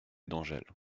d’angèle